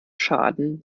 schaden